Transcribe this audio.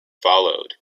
followed